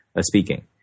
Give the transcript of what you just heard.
speaking